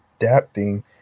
adapting